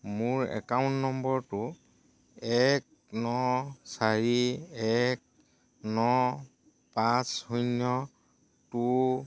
মোৰ একাউণ্ট নম্বৰটো এক ন চাৰি এক ন পাঁচ শূন্য টু